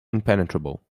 impenetrable